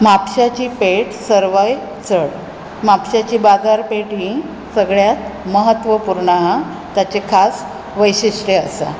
म्हापशाची पेट सर्वय चड म्हापशाची बाजार पेट ही सगळ्यात महत्वपूर्ण आहा ताचें खास वैशिश्ट्य आसा